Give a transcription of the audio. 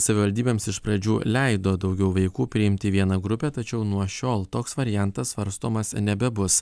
savivaldybėms iš pradžių leido daugiau vaikų priimti į vieną grupę tačiau nuo šiol toks variantas svarstomas nebebus